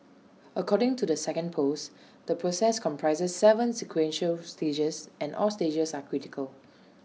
according to the second post the process comprises Seven sequential stages and all stages are critical